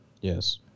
yes